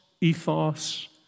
ethos